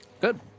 Good